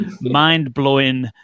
mind-blowing